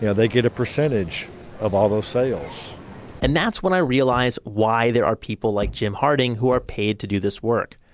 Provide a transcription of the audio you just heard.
yeah they get a percentage of all those sales and that's when i realized why there are people like jim harding who are paid to do this work.